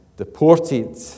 Deported